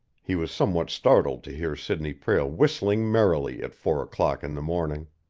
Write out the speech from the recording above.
he was somewhat startled to hear sidney prale whistling merrily at four o'clock in the morning.